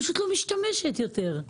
היא פשוט לא משתמשת בו יותר.